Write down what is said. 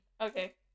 Okay